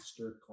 Masterclass